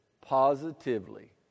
positively